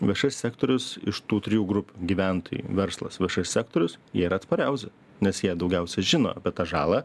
viešasis sektorius iš tų trijų grupių gyventojai verslas viešasis sektorius jie yra atspariausi nes jie daugiausia žino apie tą žalą